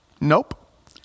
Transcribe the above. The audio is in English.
nope